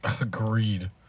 Agreed